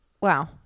Wow